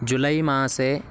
जुलै मासे